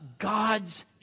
God's